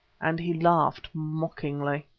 and he laughed mockingly.